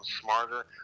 smarter